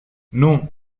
non